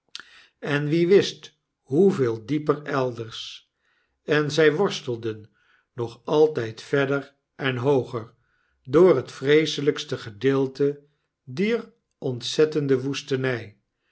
en wie wist hoeveel dieper elders en zij worstelden nog altijd verder en hooger door het vreeselijkste gedeelte dier ontzettende woestenij